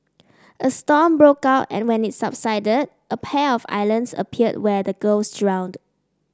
a storm broke out and when it subsided a pair of islands appeared where the girls drowned